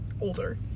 older